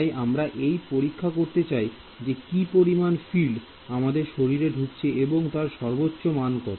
তাই আমরা এই পরীক্ষা করতে চাই যে কি পরিমান ফিল্ড আমাদের শরীরে ধুঁকছে এবং তার সর্বোচ্চ মান কত